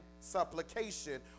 supplication